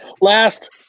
Last